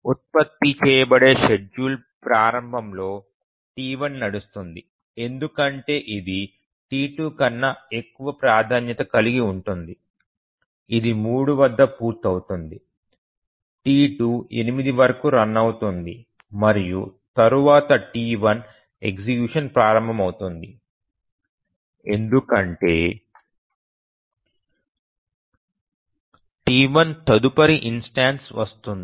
ఉత్పత్తి చేయబడే షెడ్యూల్ ప్రారంభంలో T1 నడుస్తుంది ఎందుకంటే ఇది T2 కన్నా ఎక్కువ ప్రాధాన్యత కలిగి ఉంటుంది ఇది 3 వద్ద పూర్తవుతుంది T2 8 వరకు రన్ అవుతుంది మరియు తరువాత T1 ఎగ్జిక్యూషన్ ప్రారంభమవుతుంది ఎందుకంటే T1 తదుపరి ఇన్స్టెన్సు వస్తుంది